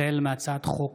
החל בהצעת חוק